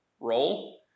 role